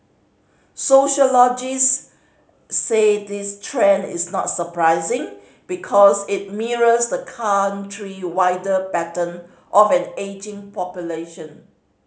sociologists say this trend is not surprising because it mirrors the country wider pattern of an ageing population